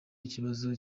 ikibazo